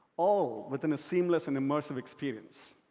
all within a seamless and immersive experience.